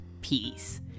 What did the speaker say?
peace